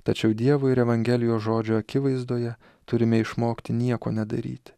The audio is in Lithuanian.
tačiau dievui ir evangelijos žodžio akivaizdoje turime išmokti nieko nedaryt